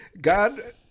God